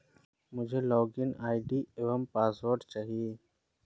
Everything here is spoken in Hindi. मुझें लॉगिन आई.डी एवं पासवर्ड चाहिए